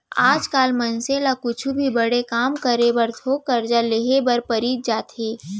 आज काल मनसे ल कुछु भी बड़े काम करे बर थोक करजा लेहे बर परीच जाथे